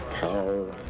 power